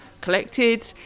collected